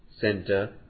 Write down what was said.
Center